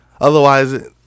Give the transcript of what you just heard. Otherwise